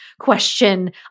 question